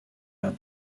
are